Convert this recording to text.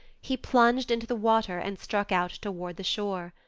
he plunged into the water and struck out toward the shore.